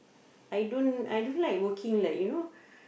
I don't I don't like working like you know